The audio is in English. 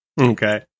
okay